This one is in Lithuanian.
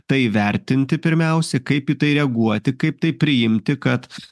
tai vertinti pirmiausia kaip į tai reaguoti kaip tai priimti kad